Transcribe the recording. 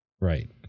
Right